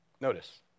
notice